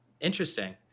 Interesting